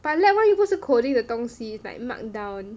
but lab one 又不是 coding 的东西 like mark down